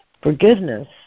Forgiveness